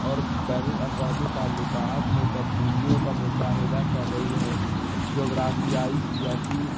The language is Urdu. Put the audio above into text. اور بین الاقوامی تعلقات میں تبدیلیوں کا مشاہدہ کر رہی ہے جغرافیائی سیاسی